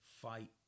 fight